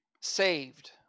Saved